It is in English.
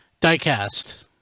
Diecast